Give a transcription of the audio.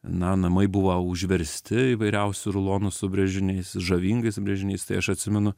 na namai buvo užversti įvairiausių rulonų su brėžiniais žavingais brėžiniais tai aš atsimenu